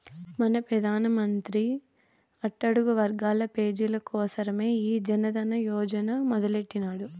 మన పెదానమంత్రి అట్టడుగు వర్గాల పేజీల కోసరమే ఈ జనదన యోజన మొదలెట్టిన్నాడు